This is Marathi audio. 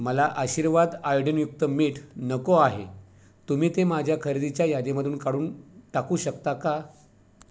मला आशीर्वाद आयोडनयुक्त मीठ नको आहे तुम्ही ते माझ्या खरेदीच्या यादीमधून काढून टाकू शकता का